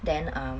then um